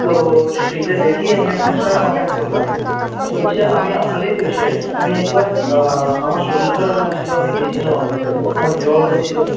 তো সেইটা দেখেই আমি আপনার সঙ্গে কনট্যাক্ট করলাম বলছি আমি আপনারই পেশেন্ট আমি একবার আমার শরীর খারাপ হয়েছিল আমি গিয়েছিলাম আপনার কাছে আমার জ্বর হয়েছিল